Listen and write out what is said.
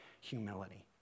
humility